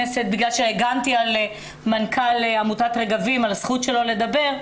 הגנתי על מנכ"ל עמותת רגבים, על הזכות שלו לדבר,